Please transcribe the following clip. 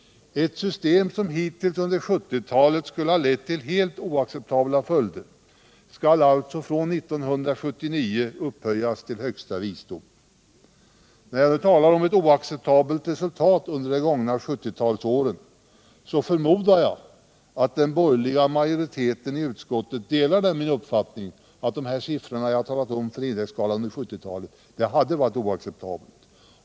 Ett system som hittills under 1970-talet skulle ha lett till helt oacceptabla följder skall alltså från 1979 upphöjas till högsta visdom. När jag talar om ett oacceptabelt resultat under de gångna 1970-talsåren förmodar jag att den borgerliga majoriteten i utskottet delar min uppfattning att de siffror som jag har angett som ett resultat av en indexreglering under 1970-talet hade varit oacceptabla.